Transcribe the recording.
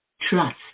trust